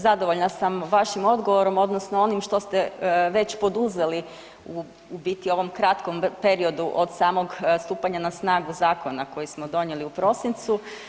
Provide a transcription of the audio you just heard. Zadovoljna sam vašim odgovorom odnosno onim što ste već poduzeli u biti u ovom kratkom periodu od samog stupanja na snagu zakona koji smo donijeli u prosincu.